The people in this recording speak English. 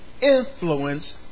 influence